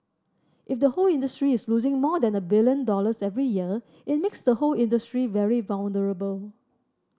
if the whole industry is losing more than a billion dollars every year it makes the whole industry very vulnerable